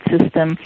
system